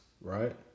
Right